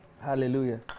Hallelujah